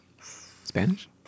Spanish